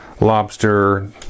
lobster